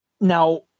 now